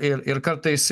ir ir kartais